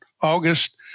august